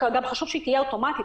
וכמובן שחשוב שהיא תהיה אוטומטית,